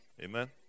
Amen